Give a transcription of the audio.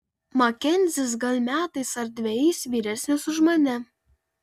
makenzis gal metais ar dvejais vyresnis už mane